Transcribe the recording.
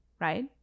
right